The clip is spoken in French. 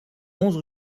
onze